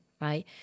right